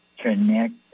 Connect